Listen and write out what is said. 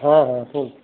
হ্যাঁ হ্যাঁ